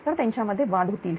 तर त्यांच्यामध्ये वाद होतील